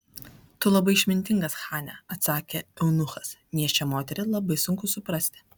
tu labai išmintingas chane atsakė eunuchas nėščią moterį labai sunku suprasti